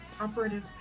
operative